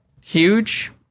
huge